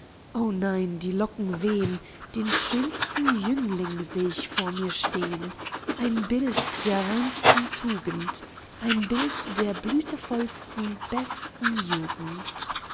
o nein die locken wehen den schönsten jüngling seh ich vor mir stehen ein bild der reinsten tugend ein bild der blüthevollsten besten jugend